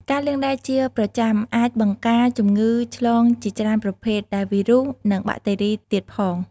ការលាងដៃជាប្រចាំអាចបង្ការជំងឺឆ្លងជាច្រើនប្រភេទ ដែលវីរុស និងប៉ាក់តេរីទៀតផង។